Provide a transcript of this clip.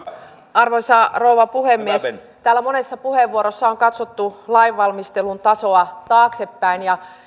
arvoisa rouva puhemies täällä monessa puheenvuorossa on katsottu lainvalmistelun tasoa taaksepäin ja